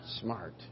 smart